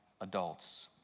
adults